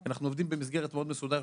כי אנחנו עובדים במסגרת מאוד מסודרת,